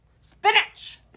spinach